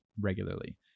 regularly